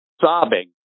sobbing